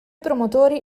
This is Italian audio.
promotori